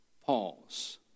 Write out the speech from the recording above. Pause